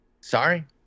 Sorry